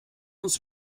uns